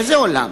איזה עולם?